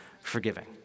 forgiving